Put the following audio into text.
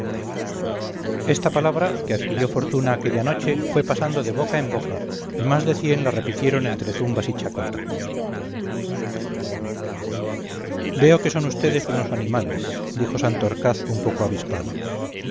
esta palabra que adquirió fortuna aquella noche fue pasando de boca en boca y más de cien la repitieron entre zumbas y chacota veo que son vds unos animales dijo santorcaz un poco avispado